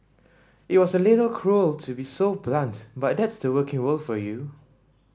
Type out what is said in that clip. it was a little cruel to be so blunt but that's the working world for you